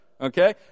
okay